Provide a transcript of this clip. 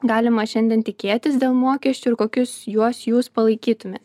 galima šiandien tikėtis dėl mokesčių ir kokius juos jūs palaikytumėt